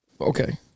Okay